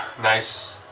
Nice